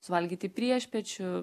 suvalgyti priešpiečių